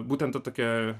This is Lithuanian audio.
būtent ta tokia